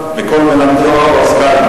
הודיע שהוא מצטט מספרו החשוב של משה הס "רומי